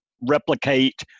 replicate